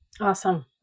Awesome